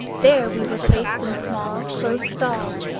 there we were placed in small close stalls,